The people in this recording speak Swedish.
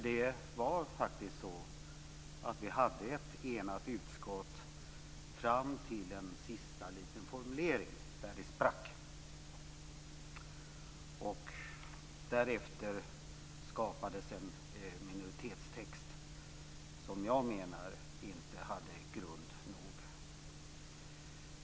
Det var faktiskt så att vi hade ett enat utskott fram till en sista liten formulering, där det sprack. Därefter skapades en minoritetstext som jag menar inte hade grund nog.